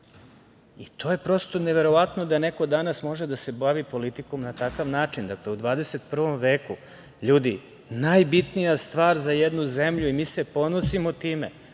je prosto neverovatno da neko danas može da se bavi politikom na takav način, dakle u 21. veku. Ljudi, najbitnija stvar za jednu zemlju, i mi se ponosimo time,